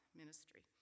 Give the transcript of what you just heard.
ministry